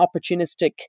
opportunistic